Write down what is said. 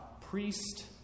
priest